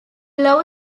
low